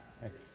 thanks